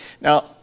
Now